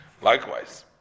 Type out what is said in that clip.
Likewise